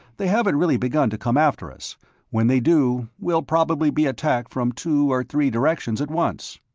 they haven't really begun to come after us when they do, we'll probably be attacked from two or three directions at once.